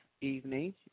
evening